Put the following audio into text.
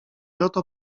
oto